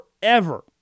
forever